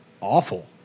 awful